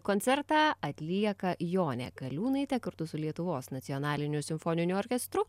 koncertą atlieka jonė kaliūnaitė kartu su lietuvos nacionaliniu simfoniniu orkestru